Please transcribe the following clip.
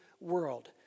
world